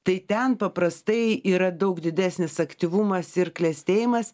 tai ten paprastai yra daug didesnis aktyvumas ir klestėjimas